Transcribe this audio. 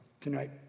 tonight